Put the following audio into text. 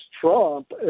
Trump